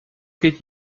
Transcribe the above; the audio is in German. geht